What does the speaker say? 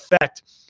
effect